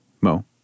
Mo